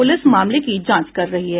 police मामले की जांच कर रही है